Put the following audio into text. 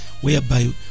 Whereby